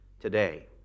today